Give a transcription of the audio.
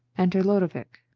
enter lodowick.